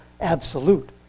absolute